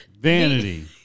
vanity